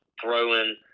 throwing